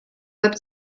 web